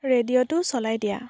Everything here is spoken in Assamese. ৰেডিঅ'টো চলাই দিয়া